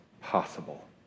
possible